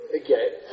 again